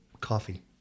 coffee